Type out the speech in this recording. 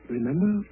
Remember